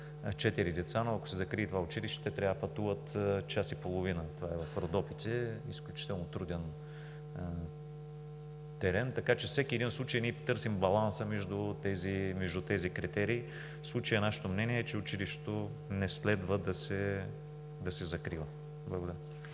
деца, но ако се закрие това училище, те трябва да пътуват час и половина, това е в Родопите – изключително труден терен. Така че във всеки един случай ние търсим баланса между тези критерии. В случая нашето мнение е, че училището не следва да се закрива. Благодаря.